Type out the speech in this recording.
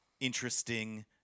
interesting